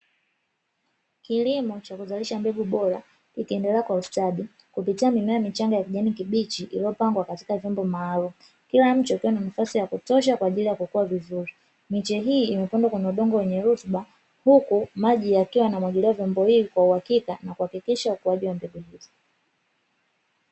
Kilimo cha kuzalisha mbegu bora kikiendelea kwa ustadi, kupitia mimea michanga iliyoota kwa rangi ya kijani kibichi iliyopndwa katika udongo wenye rutuba. Huku maji yakiwa yanamwagilia miche hiyo kwenye vyombo kwa uhakika na kuhakikisha ukuaji wa mbegu hizo.